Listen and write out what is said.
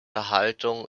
haltung